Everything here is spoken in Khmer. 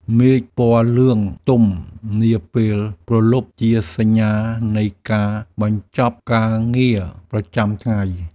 មេឃពណ៌លឿងទុំនាពេលព្រលប់ជាសញ្ញានៃការបញ្ចប់ការងារប្រចាំថ្ងៃ។